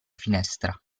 finestra